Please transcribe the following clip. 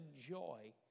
joy